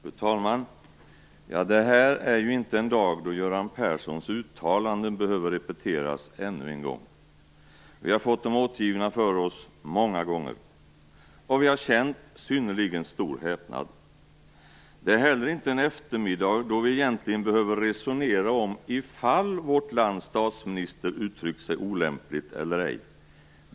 Fru talman! Det här är inte en dag då Göran Perssons uttalanden behöver repeteras ännu en gång. Vi har fått dem återgivna för oss många gånger, och vi har känt synnerligen stor häpnad. Det är heller inte en eftermiddag då vi egentligen behöver resonera om vårt lands statsminister uttryckt sig olämpligt eller ej.